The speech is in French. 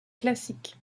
classique